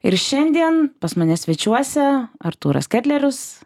ir šiandien pas mane svečiuose artūras ketlerius